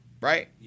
right